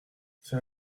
c’est